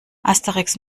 asterix